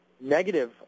negative